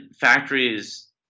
factories